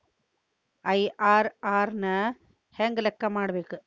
IRR ನ ಹೆಂಗ ಲೆಕ್ಕ ಮಾಡಬೇಕ?